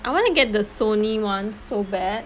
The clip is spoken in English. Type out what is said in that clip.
I wanna get the Sony [one] so bad